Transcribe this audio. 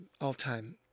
all-time